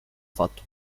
fatto